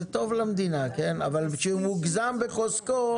זה טוב למדינה אבל כשהוא מוגזם בחוזקו,